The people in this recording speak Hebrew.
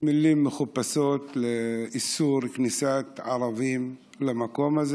מילים מחופשות, איסור כניסת ערבים למקום הזה.